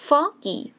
Foggy